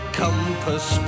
compass